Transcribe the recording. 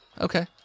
Okay